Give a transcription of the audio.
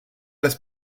las